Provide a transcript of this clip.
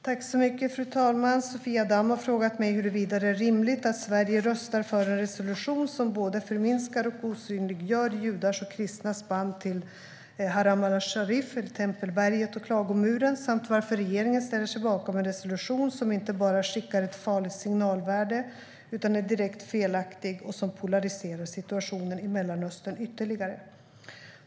Fru talman! Sofia Damm har frågat mig huruvida det är rimligt att Sverige röstar för en resolution som både förminskar och osynliggör judars och kristnas band till Haram-al-Sharif, eller tempelberget, och klagomuren samt varför regeringen ställer sig bakom en resolution som inte bara skickar ett farligt signalvärde utan är direkt felaktig och som polariserar situationen i Mellanöstern ytterligare.